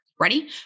Ready